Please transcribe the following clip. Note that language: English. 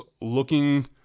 looking